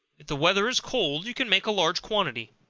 if the weather is cold, you can make a larger quantity.